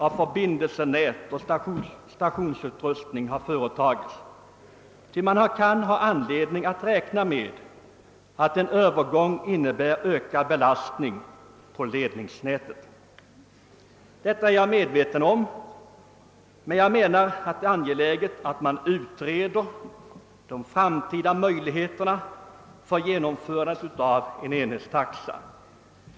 En övergång till enhetstaxa kan ju väntas medföra ökad belastning på ledningsnätet. Men jag menar att det är angeläget att man utreder de framtida förutsättningarna för en enhetstaxa.